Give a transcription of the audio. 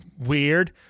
weird